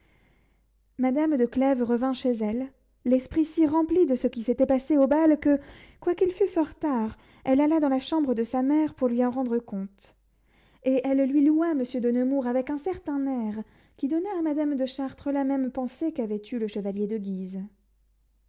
madame de clèves revint chez elle l'esprit si rempli de tout ce qui s'était passé au bal que quoiqu'il fût fort tard elle alla dans la chambre de sa mère pour lui en rendre compte et elle lui loua monsieur de nemours avec un certain air qui donna à madame de chartres la même pensée qu'avait eue le chevalier de guise